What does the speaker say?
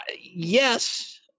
yes